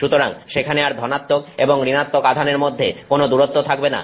সুতরাং সেখানে আর ধনাত্মক এবং ঋণাত্মক আধানের মধ্যে কোন দূরত্ব থাকবে না